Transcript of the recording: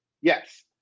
Yes